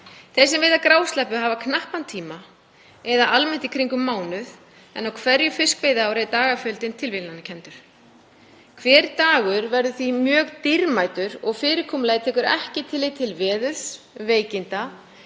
Þeir sem veiða grásleppu hafa knappan tíma eða almennt í kringum mánuð, en á hverju fiskveiðiári er dagafjöldinn tilviljunarkenndur. Hver dagur verður því mjög dýrmætur og fyrirkomulagið tekur ekki tillit til veðurs, veikinda,